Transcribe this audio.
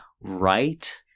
right